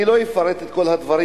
אני לא אפרט את כל הדברים,